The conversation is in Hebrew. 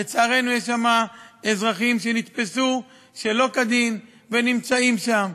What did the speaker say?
לצערנו, יש שם אזרחים שנתפסו שלא כדין ונמצאים שם.